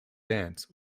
dance